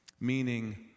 Meaning